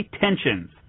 tensions